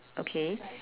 okay